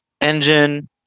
engine